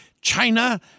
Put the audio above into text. China